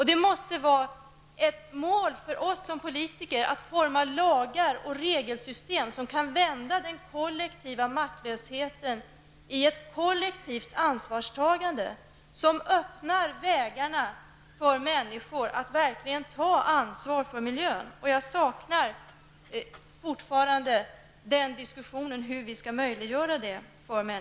Det måste vara ett mål för oss som politiker att utforma lagar och regelsystem som kan vända den kollektiva maktlösheten till ett kollektivt ansvarstagande, som öppnar vägarna för människor att verkligen ta ansvar för miljön. Jag saknar fortfarande en diskussion om hur det skall möjliggöras.